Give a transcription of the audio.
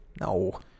No